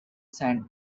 sand